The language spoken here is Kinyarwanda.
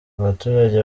abaturage